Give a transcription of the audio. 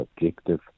objective